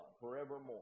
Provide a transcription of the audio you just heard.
forevermore